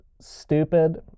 stupid